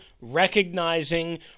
recognizing